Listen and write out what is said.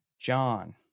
John